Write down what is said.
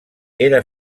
era